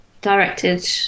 directed